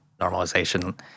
normalization